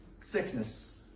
sickness